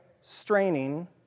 straining